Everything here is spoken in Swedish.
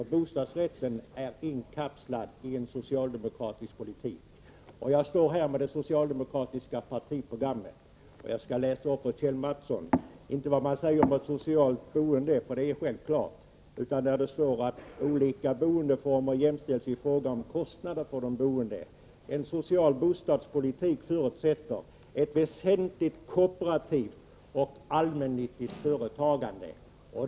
Den är inkapslad i en socialdemokratisk politik. Jag har det socialdemokratiska partiprogrammet, och där står det att olika boendeformer jämställs i fråga om kostnader för de boende. Vidare står det att en social bostadspolitik förutsätter ett väsentligt kooperativt och allmännyttigt företagande.